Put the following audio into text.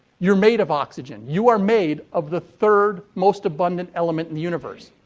you're made of oxygen. you are made of the third most abundant element in the universe.